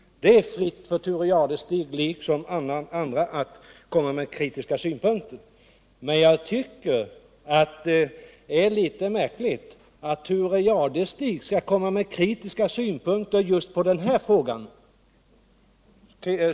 Det står Thure Jadestig liksom alla andra fritt att framföra kritiska synpunkter, men jag tycker att det är litet märkligt att Thure Jadestig gör det när det gäller just denna fråga.